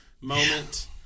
moment